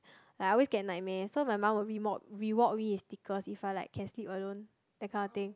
like I always get nightmare so my mum will rem~ reward me with stickers if I like can sleep alone that kind of thing